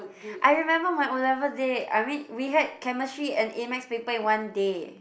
I remember my O-level day I mean we had Chemistry and A-Maths paper in one day